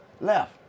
Left